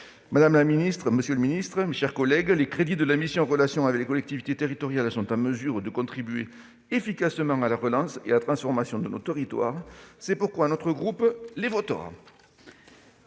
Madame la ministre, monsieur le secrétaire d'État, mes chers collègues, les crédits de la mission « Relations avec les collectivités territoriales » sont en mesure de contribuer efficacement à la relance et à la transformation de nos territoires. C'est pourquoi le groupe Les